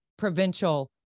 provincial